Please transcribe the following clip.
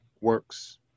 works